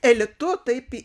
elitu taip